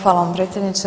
Hvala vam predsjedniče.